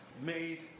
made